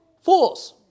Fools